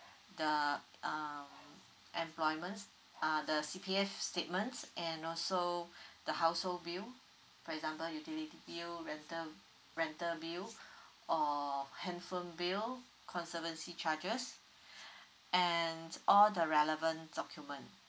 the um employment s~ ah the C_P_F statements and also the household bill for example utility bill rental rental bill or handphone bill conservancy charges and all the relevant document